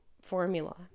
formula